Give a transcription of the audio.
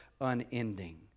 unending